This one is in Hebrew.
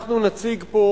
אנחנו נציג פה